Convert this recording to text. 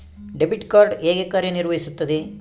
Debit card ಹೇಗೆ ಕಾರ್ಯನಿರ್ವಹಿಸುತ್ತದೆ?